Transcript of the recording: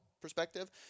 perspective